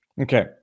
Okay